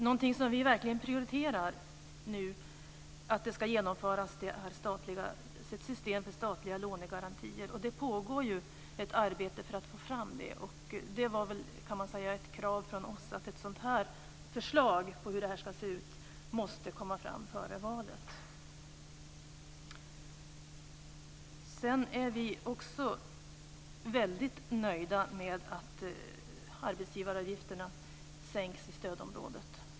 Någonting som vi verkligen prioriterar är genomförandet av ett system för statliga lånegarantier. Det pågår ett arbete för att få fram det. Det var ett krav från oss att ett förslag på hur detta ska se ut måste komma fram före valet. Sedan är vi också väldigt nöjda med att arbetsgivaravgifterna sänks i stödområdet.